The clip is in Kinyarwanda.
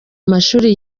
mashuri